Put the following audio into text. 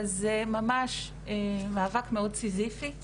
אבל זה ממש מאבק מאוד סיזיפי,